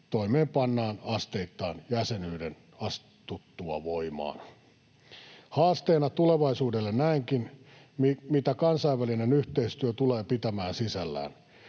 toimeenpannaan asteittain jäsenyyden astuttua voimaan. Haasteena tulevaisuudelle näenkin, mitä kansainvälinen yhteistyö tulee pitämään sisällään.